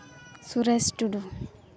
Suresh Tudu